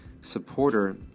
supporter